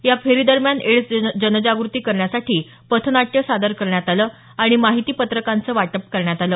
या फेरी दरम्यान एडस जनजागृती करण्यासाठी पथनाट्य सादर करण्यात आलं आणि माहिती पत्रकांचं वाटप करण्यात आलं